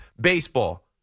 baseball